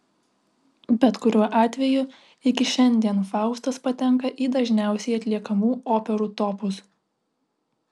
bet kuriuo atveju iki šiandien faustas patenka į dažniausiai atliekamų operų topus